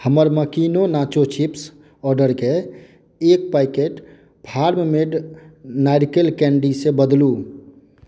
हमर मकीनो nacho chips ऑर्डरके एक पैकेट फार्म मेड नारिकेल कैंडीसे बदलू